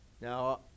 Now